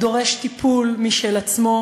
הדורש טיפול משל עצמו,